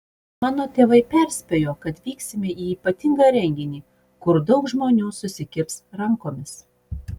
mano tėvai perspėjo kad vyksime į ypatingą renginį kur daug žmonių susikibs rankomis